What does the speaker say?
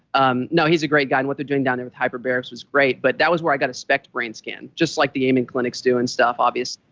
um no he's a great guy, and what they're doing down there with hyperbarics is great. but that was where i got a spect brain scan, just like the amen clinics do and stuff, obviously.